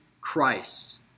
Christ